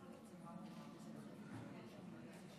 וכמו שאמרתי קודם, גם אין מחיאות כפיים בכנסת.